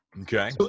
okay